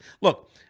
Look